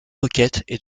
roquettes